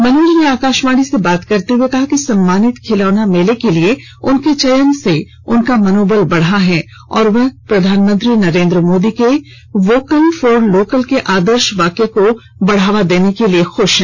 मनोज ने आकाशवाणी से बात करते हुए कहा कि सम्मानित खिलौना मेले के लिए उनके चयन से उनका मनोबल बढ़ा है और वह पीएम नरेंद्र मोदी के वोकल फॉर लोकल के आदर्श वाक्य को बढ़ावा देने के लिए खुश हैं